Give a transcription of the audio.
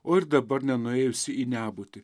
o ir dabar nenuėjusi į nebūtį